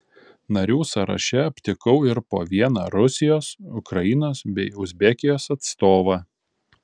narių sąraše aptikau ir po vieną rusijos ukrainos bei uzbekijos atstovą